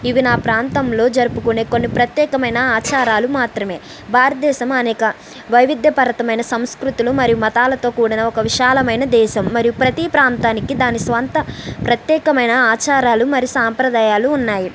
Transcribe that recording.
ఇవి నా ప్రాంతంలో జరుపుకునే కొన్ని ప్రత్యేకమైన ఆచారాలు మాత్రమే భారతదేశం అనేక వైవిధ్యభరితమైన సంస్కృతులు మరియు మతాలతో కూడిన ఒక విశాలమైన దేశం మరి ప్రతి ప్రాంతానికి దాని స్వంత ప్రత్యేకమైన ఆచారాలు మరియు సాంప్రదాయాలు ఉన్నాయి